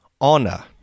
honor